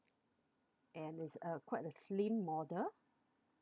and it's uh quite a slim model